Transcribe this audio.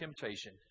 temptation